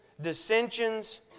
dissensions